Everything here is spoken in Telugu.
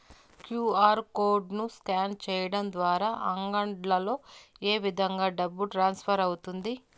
క్యు.ఆర్ కోడ్ ను స్కాన్ సేయడం ద్వారా అంగడ్లలో ఏ విధంగా డబ్బు ట్రాన్స్ఫర్ అవుతుంది